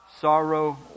Sorrow